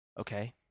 Okay